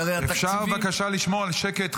כי הרי התקציבים -- אפשר בבקשה לשמור על שקט,